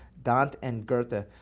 dante and goethe. ah